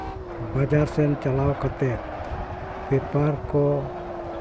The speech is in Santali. ᱵᱟᱡᱟᱨ ᱥᱮᱱ ᱪᱟᱞᱟᱣ ᱠᱟᱛᱮᱫ ᱯᱮᱯᱟᱨ ᱠᱚ